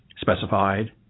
specified